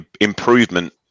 improvement